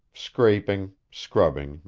scraping, scrubbing,